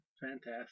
Fantastic